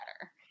better